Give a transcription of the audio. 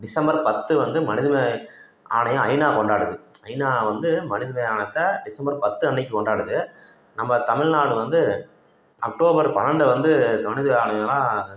December பத்து வந்து மனித உரிமை ஆணையம் ஐநா கொண்டாடுது ஐநா வந்து மனித உரிமை ஆணையத்தை டிசம்பர் பத்து அன்றைக்கி கொண்டாடுது நம்ம தமிழ்நாடு வந்து அக்டோபர் பன்னெண்டை வந்து மனித உரிமை ஆணையமாக